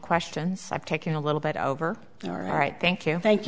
questions i've taken a little bit over all right thank you thank you